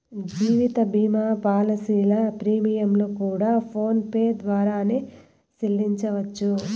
జీవిత భీమా పాలసీల ప్రీమియంలు కూడా ఫోన్ పే ద్వారానే సెల్లించవచ్చు